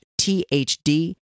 THD